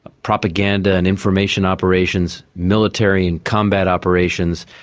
ah propaganda and information operations, military and combat operations,